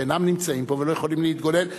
שאינם נמצאים פה ולא יכולים להתגונן.